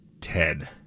Ted